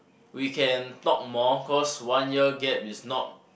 we can talk more cause one year gap is not